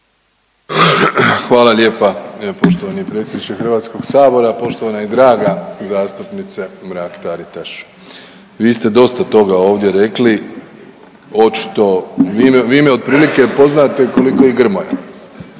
Hvala lijepa poštovani predsjedniče Hrvatskog sabora. Poštovana i draga zastupnice Mrak Taritaš, vi ste dosta toga ovdje rekli, očito vi me, vi me otprilike poznate koliko i Grmoja.